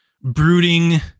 brooding